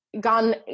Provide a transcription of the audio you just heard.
gone